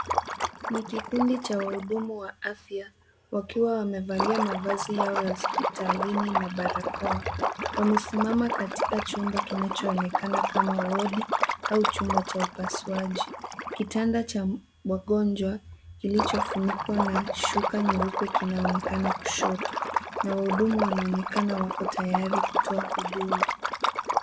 Ni kikundi cha wahudumu wa afya wakiwa wamevalia mavazi yao ya hospitalini na barakoa. Wamesimama katika chumba kinachoonekana kama wodi au chumba cha upasuaji. Kitanda cha wagonjwa kilichofunikwa na shuka nyeupe kinaonekana kushoto na wahudumu wanaonekana wako tayari kutoa huduma.